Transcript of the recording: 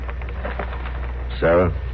Sarah